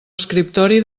escriptori